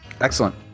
Excellent